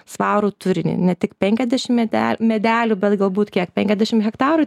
svarų turinį ne tik penkiasdešimt medel medelių bet galbūt kiek penkiasdešimt hektarų